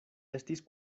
estis